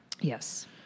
Yes